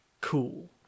cool